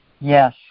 Yes